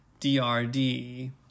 DRD